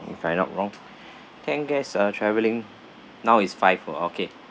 if I not wrong ten guests uh travelling now is five ah okay